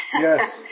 yes